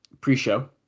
pre-show